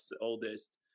oldest